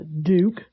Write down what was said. Duke